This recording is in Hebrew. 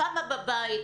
כמה בבית,